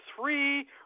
three